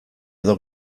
edo